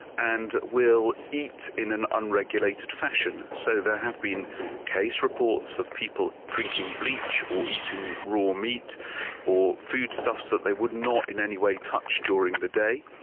and will eat in an unregulated fashion. so there have been case reports of people drinking bleach or eating raw meat or foodstuffs that they would not in any way touch during the day.